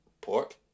Pork